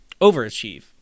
overachieve